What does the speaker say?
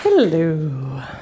Hello